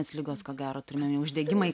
nes ligos ko gero turime uždegimai